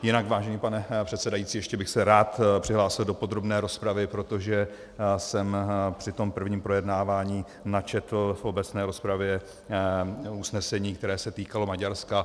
Jinak, vážený pane předsedající, ještě bych se rád přihlásil do podrobné rozpravy, protože jsem při tom prvním projednávání načetl v obecné rozpravě usnesení, které se týkalo Maďarska.